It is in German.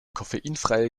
koffeinfreie